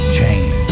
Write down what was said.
Change